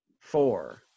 four